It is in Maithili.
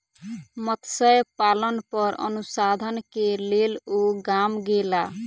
मत्स्य पालन पर अनुसंधान के लेल ओ गाम गेला